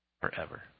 forever